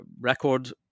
record